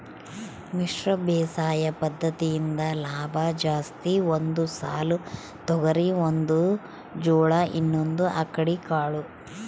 ಮಿಶ್ರ ಬೇಸಾಯ ಪದ್ದತಿಯಿಂದ ಲಾಭ ಜಾಸ್ತಿ ಒಂದು ಸಾಲು ತೊಗರಿ ಒಂದು ಜೋಳ ಇನ್ನೊಂದು ಅಕ್ಕಡಿ ಕಾಳು